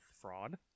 fraud